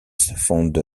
fonde